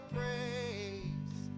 praise